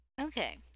Okay